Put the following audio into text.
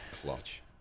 clutch